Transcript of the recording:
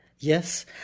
Yes